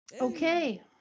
okay